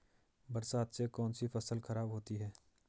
बरसात से कौन सी फसल खराब होती है?